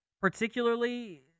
particularly